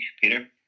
Peter